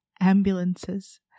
ambulances